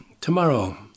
tomorrow